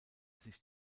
sich